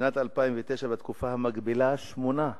בשנת 2009 בתקופה המקבילה, שמונה.